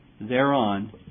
thereon